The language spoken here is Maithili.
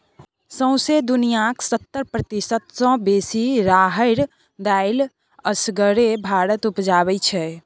सौंसे दुनियाँक सत्तर प्रतिशत सँ बेसी राहरि दालि असगरे भारत उपजाबै छै